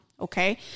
okay